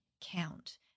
count